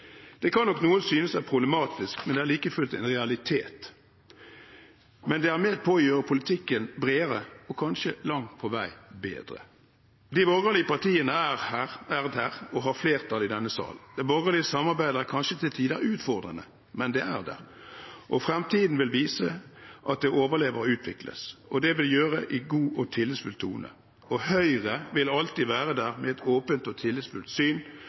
Det kan nok noen synes er problematisk, men det er like fullt en realitet. Men det er med på å gjøre politikken bredere og kanskje langt på vei bedre. De borgerlige partiene er der og har flertall i denne sal. Det borgerlige samarbeidet er kanskje til tider utfordrende, men det er der. Fremtiden vil vise at det overlever og utvikles, og det bør gjøres i en god og tillitsfull tone. Høyre vil alltid være der med et åpent og tillitsfullt syn,